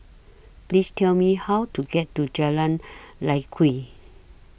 Please Tell Me How to get to Jalan Lye Kwee